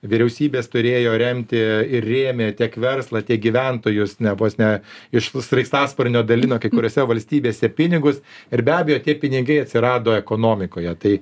vyriausybės turėjo remti ir rėmė tiek verslą tiek gyventojus ne vos ne iš sraigtasparnio dalino kai kuriose valstybėse pinigus ir be abejo tie pinigai atsirado ekonomikoje tai